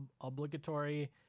obligatory